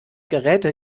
geräte